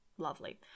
Lovely